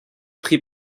pris